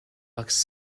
bucks